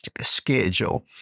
schedule